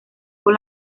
con